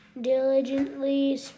diligently